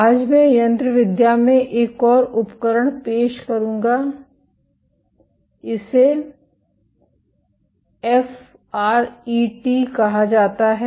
आज मैं यंत्रविद्या में एक और उपकरण पेश करूंगा इसे एफआरईटी कहा जाता है